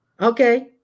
Okay